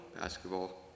basketball